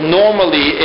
normally